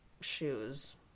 shoes